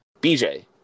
BJ